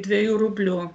dviejų rublių